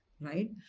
right